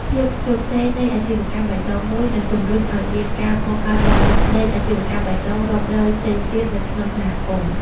ភាពជោគជ័យនៃអាជីវកម្មបៃតងមួយ នឹងជម្រុញឱ្យមានការកកើតឡើងនៃអាជីវកម្មបៃតងរាប់រយផ្សេងទៀតនៅក្នុងសហគមន៍។